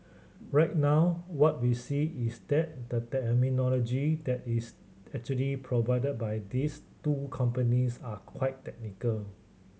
right now what we see is that the terminology that is actually provided by these two companies are quite technical